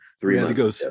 three